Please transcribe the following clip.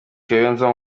kayonza